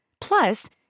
Plus